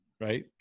right